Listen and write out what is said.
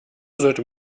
sollte